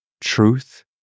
truth